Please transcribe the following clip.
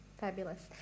Fabulous